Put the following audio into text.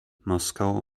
moskau